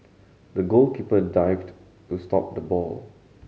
the goalkeeper dived to stop the ball